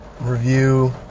review